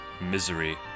Misery